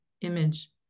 image